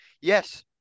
Yes